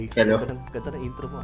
Hello